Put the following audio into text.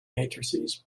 matrices